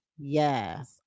yes